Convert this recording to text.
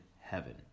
heaven